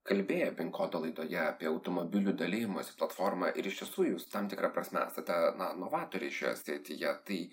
kalbėję pin kodo laidoje apie automobilių dalijimosi platformą ir iš tiesų jus tam tikra prasme esate na novatorė šioje srityje tai